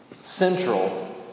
central